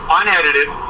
unedited